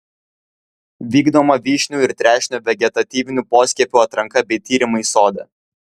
vykdoma vyšnių ir trešnių vegetatyvinių poskiepių atranka bei tyrimai sode